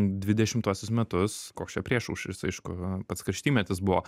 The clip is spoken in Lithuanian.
dvidešimtuosius metus koks čia priešaušris aišku pats karštymetis buvo